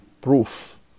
proof